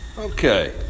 Okay